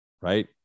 right